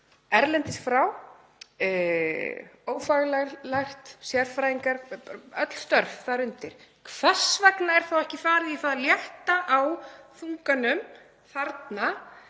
erlendis frá, ófaglært, sérfræðinga, öll störf þar undir, hvers vegna er þá ekki farið í að létta á þunganum þarna